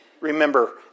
Remember